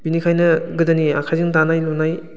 बेनिखायनो गोदोनि आखाइजों दानाय लुनाय